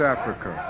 Africa